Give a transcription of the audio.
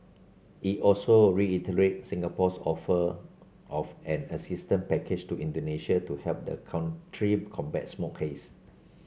it also reiterated Singapore's offer of an assistance package to Indonesia to help the country combat smoke haze